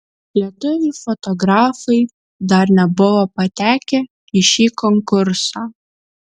lietuviai fotografai dar nebuvo patekę į šį konkursą